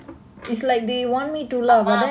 அம்மா appa appa haven't allow you to